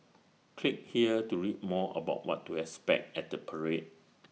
click here to read more about what to expect at the parade